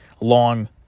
long